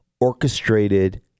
orchestrated